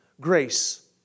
grace